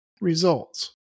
Results